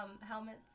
helmets